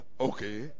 Okay